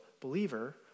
believer